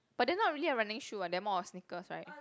but they are not really a running shoe [what] they are more of sneakers right